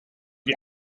die